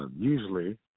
usually